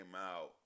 out